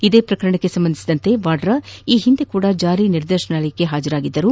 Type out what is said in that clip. ಇದೇ ಪ್ರಕರಣಕ್ಕೆ ಸಂಬಧಿಸಿದಂತೆ ವಾದ್ರಾ ಈ ಹಿಂದೆಯೂ ಜಾರಿನಿರ್ದೇಶನಾಲಯಕ್ಕೆ ಹಾಜರಾಗಿದ್ದರು